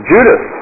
Judas